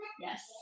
yes